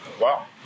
Wow